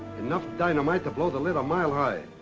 enough dynamite to blow the lid a mile high.